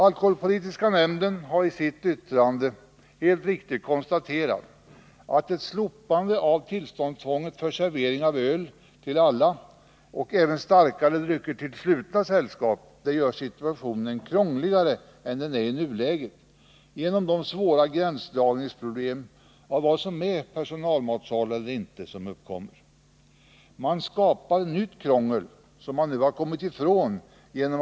Alkoholpolitiska nämnden har i sitt yttrande helt riktigt konstaterat att ett slopande av tillståndstvånget för servering av öl till alla och även starkare drycker till slutna sällskap gör situationen krångligare än den är i nuläget. Svåra gränsdragningsproblem uppkommer vid bedömningen av vad som är personalmatsal eller inte. Man skapar bara ytterligare krångel.